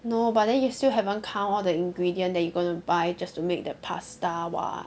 no but then you still haven't count all the ingredient that you gonna buy just to make that pasta [what]